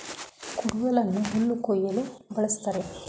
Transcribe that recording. ಕುಡುಗೋಲನ್ನು ಹುಲ್ಲು ಕುಯ್ಯಲು ಬಳ್ಸತ್ತರೆ